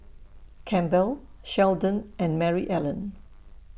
Campbell Sheldon and Maryellen